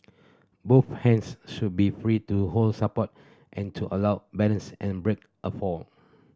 both hands should be free to hold support and to allow balance and break a fall